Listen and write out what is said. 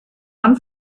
man